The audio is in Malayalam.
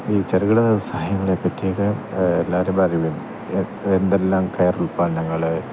ഈ ചെറുകിട വ്യവസായങ്ങളെ പറ്റിയൊക്കെ എല്ലാവർക്കും അറിയും എന്തെല്ലാം കയറുൽപ്പന്നങ്ങള്